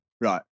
right